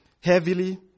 heavily